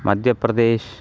मध्यप्रदेशः